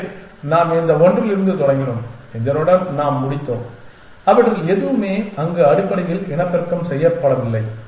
எனவே நாம் இந்த ஒன்றிலிருந்து தொடங்கினோம் இதனுடன் நாம் முடித்தோம் அவற்றில் எதுவுமே அங்கு அடிப்படையில் இனப்பெருக்கம் செய்யப்படவில்லை